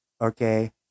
okay